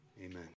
amen